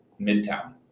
Midtown